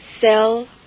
sell